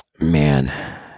man